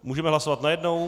Můžeme hlasovat najednou?